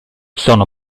sono